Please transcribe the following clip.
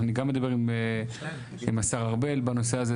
אני גם אדבר עם השר ארבל בנושא הזה,